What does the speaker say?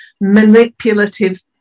manipulative